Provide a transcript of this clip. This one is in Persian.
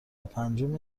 پنجم